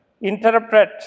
interpret